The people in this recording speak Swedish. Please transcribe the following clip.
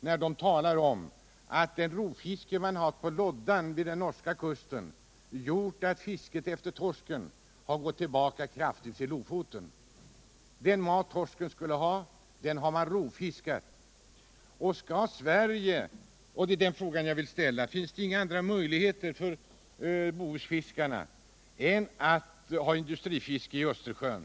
Norrmännens rovfiske på loddan vid norska kusten har gjort att fisket efter torsk har gått tuillbaka kraftigt vid Lofoten. Den mat torsken skulle ha har man rovfiskat. Då är frågan jag vill ställa: Finns det inga andra möjligheter för dessa bohusfiskare än industrifiske i Östersjön?